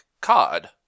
cod